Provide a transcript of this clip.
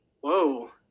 whoa